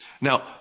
Now